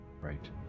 Right